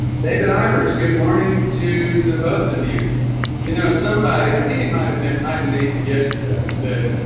david ivers good morning to the both of you you know somebody i think it might have been hiding me yesterday said